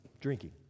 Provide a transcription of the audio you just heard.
drinking